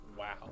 Wow